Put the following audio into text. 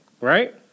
right